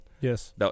Yes